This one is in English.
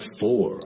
four